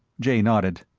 jay nodded.